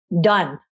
done